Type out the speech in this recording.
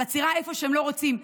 על עצירה איפה שלא רוצים,